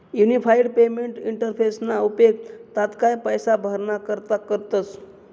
unified payment इंटरफेसना उपेग तात्काय पैसा भराणा करता करतस